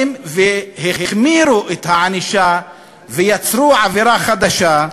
שהחמירו את הענישה ויצרו עבירה חדשה,